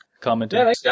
commenting